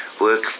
work